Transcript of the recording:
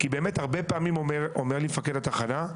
הרבה פעמים אומר לי מפקד התחנה: